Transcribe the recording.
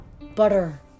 Butter